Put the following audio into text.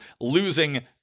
losing